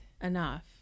enough